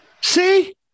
see